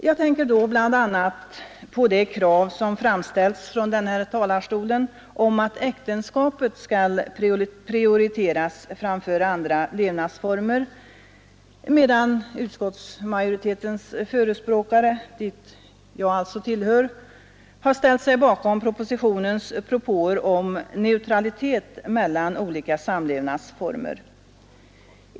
Jag tänker då bl.a. på det krav som framställts från denna talarstol om att äktenskapet skall prioriteras framför andra samlevnadsformer, medan utskottsmajoritetens förespråkare dit jag alltså hör har ställt sig bakom propositionens propåer om neutralitet när det gäller olika samlevnadsformer.